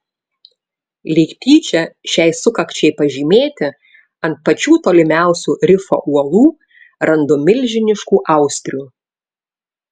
lyg tyčia šiai sukakčiai pažymėti ant pačių tolimiausių rifo uolų randu milžiniškų austrių